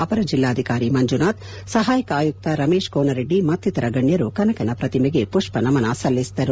ಅಪರ ಜಿಲ್ಲಾಧಿಕಾರಿ ಮಂಜುನಾಥ್ ಸಹಾಯಕ ಆಯುಕ್ತ ರಮೇಶ್ ಕೋನರೆಡ್ಡಿ ಮತ್ತಿತರ ಗಣ್ಣರು ಕನಕನ ಪ್ರತಿಮೆಗೆ ಪುಷ್ಷನಮನ ಸಲ್ಲಿಸಿದರು